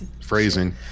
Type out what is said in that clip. phrasing